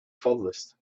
furthest